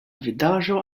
vidaĵo